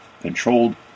controlled